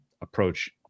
approach